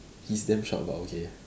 he's damn short but okay